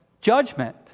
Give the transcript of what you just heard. judgment